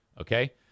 Okay